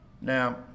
Now